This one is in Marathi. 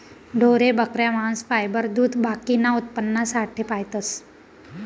ढोरे, बकऱ्या, मांस, फायबर, दूध बाकीना उत्पन्नासाठे पायतस